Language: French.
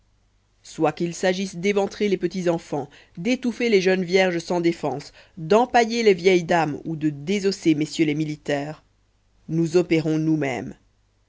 soit qu'il s'agisse d'éventrer les petits enfants d'étouffer les jeunes vierges sans défense d'empailler les vieilles dames ou de désosser mm les militaires nous opérons nous-mêmes